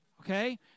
Okay